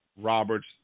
Roberts